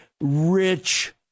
rich